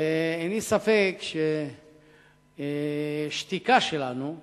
אין לי ספק ששתיקה שלנו יכולה,